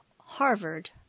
Harvard